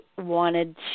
wanted